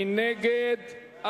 מי נגד?